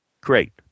Great